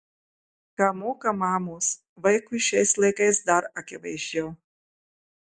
ką moka mamos vaikui šiais laikais dar akivaizdžiau